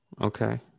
Okay